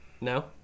No